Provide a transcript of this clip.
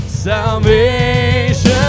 Salvation